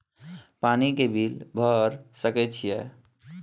पानी के बिल भर सके छियै?